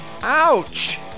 Ouch